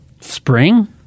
Spring